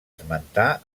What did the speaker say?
esmentar